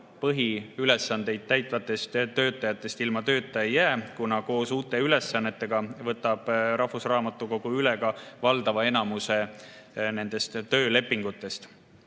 põhiülesandeid täitvatest töötajatest ilma tööta ei jää, kuna koos uute ülesannetega võtab rahvusraamatukogu üle ka enamuse töölepingutest.